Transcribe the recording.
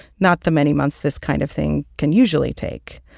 not the many months this kind of thing can usually take.